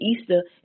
Easter